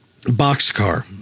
Boxcar